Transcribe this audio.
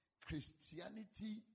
Christianity